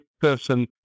person